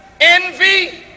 envy